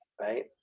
Right